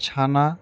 ছানা